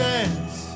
dance